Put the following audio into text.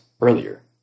earlier